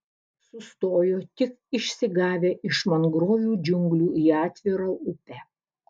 sustojo tik išsigavę iš mangrovių džiunglių į atvirą upę